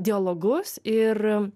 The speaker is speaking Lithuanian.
dialogus ir